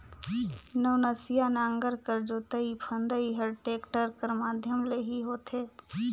नवनसिया नांगर कर जोतई फदई हर टेक्टर कर माध्यम ले ही होथे